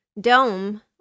dome